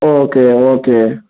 okay okay